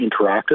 interactive